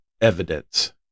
evidence